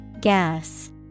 Gas